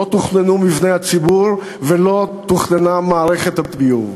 לא תוכננו מבני הציבור ולא תוכננה מערכת הביוב.